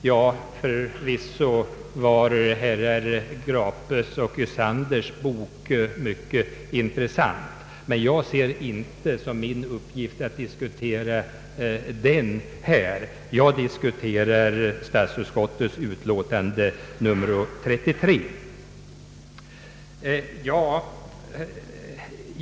Ja, förvisso var herr Grapes och herr Ysanders bok mycket intressant, men jag ser det inte som min uppgift att här diskutera den utan jag diskuterar statsutskottets utlåtande nr 33.